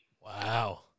Wow